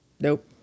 nope